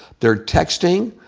their texting,